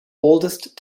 oldest